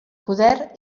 poder